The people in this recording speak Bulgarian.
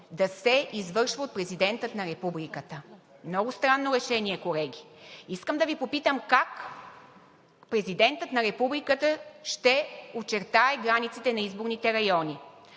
да се извършва от Президента на Републиката. Много странно решение, колеги. Искам да Ви попитам: как Президентът на Републиката ще очертае границите на изборните райони?